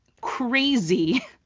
crazy